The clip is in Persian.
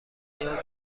نیاز